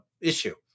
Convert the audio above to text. issue